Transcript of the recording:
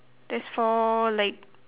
there's four like